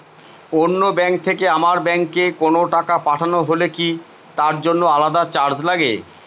অন্য ব্যাংক থেকে আমার ব্যাংকে কোনো টাকা পাঠানো হলে কি তার জন্য আলাদা চার্জ লাগে?